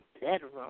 bedroom